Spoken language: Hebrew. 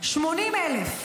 80,000,